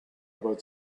about